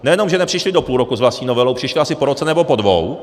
Nejenom že nepřišli do půl roku s vlastní novelou, přišli asi po roce nebo po dvou.